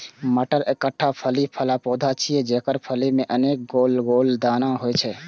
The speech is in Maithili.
मटर एकटा फली बला पौधा छियै, जेकर फली मे अनेक गोल गोल दाना होइ छै